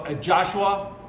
Joshua